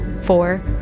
four